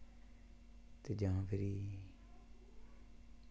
ते जा फिरी